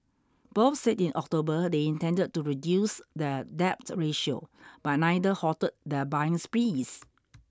both said in October they intended to reduce their debt ratio but neither halted their buying sprees